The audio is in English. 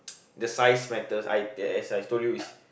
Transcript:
the size matters I as I I told you it's